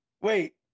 Wait